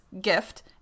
gift